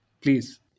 Please